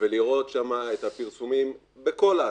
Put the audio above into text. ולראות שם את הפרסומים בכל האתרים,